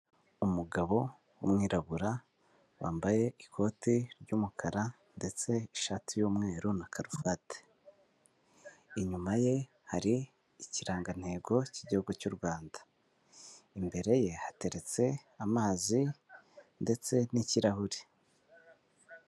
Umugabo w'umwirabura wambaye ikoti ry'umukara ndetse n'ishati y'umweru na karuvati. Inyuma ye hari ikirangantego cy'igihugu cy'u Rwanda. Imbere ye hateretse amazi ndetse n'ikirahure.